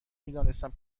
میدانستم